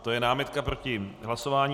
To je námitka proti hlasování.